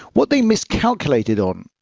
what they miscalculated on,